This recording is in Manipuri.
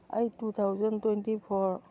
ꯑꯩ ꯇꯨ ꯊꯥꯎꯖꯟ ꯇ꯭ꯋꯦꯟꯇꯤ ꯐꯣꯔ